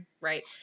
Right